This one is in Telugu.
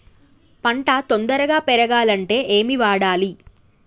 పంట తొందరగా పెరగాలంటే ఏమి వాడాలి?